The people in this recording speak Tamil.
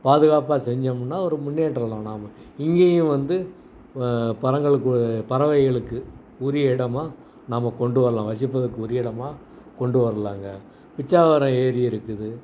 பாதுகாப்பாக செஞ்சோம்னா ஒரு முன்னேற்றலாம் நாம இங்கேயும் வந்து பரங்களுக்கு பறவைகளுக்கு உரிய இடமாக நாம கொண்டு வரலாம் வசிப்பதற்கு உரிய இடமாக கொண்டு வரலாங்க பிச்சாவரம் ஏரி இருக்குது